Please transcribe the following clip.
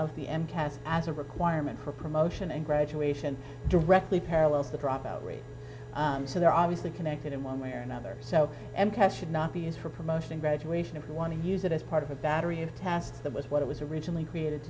cast as a requirement for promotion and graduation directly parallels the dropout rate so they're obviously connected in one way or another so m p s should not be as for promotion graduation if you want to use it as part of a battery of tasks that was what it was originally created